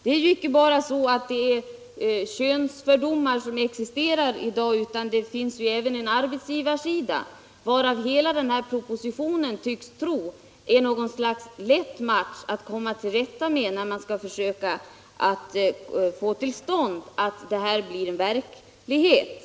Det är inte bara könsfördomar som existerar i dag, utan det finns även en arbetsgivarsida, men hela den här propositionen tycks andas en tro att det är en lätt match att komma till rätta med den sidan och att åstadkomma att dessa förmåner blir verklighet.